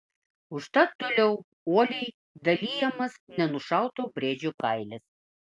užtat toliau uoliai dalijamas nenušauto briedžio kailis